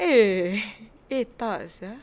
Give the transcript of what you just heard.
eh eh tak sia